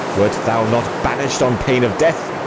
wert thou not banished on pain of death?